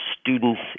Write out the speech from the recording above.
student's